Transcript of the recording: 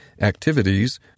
activities